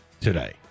today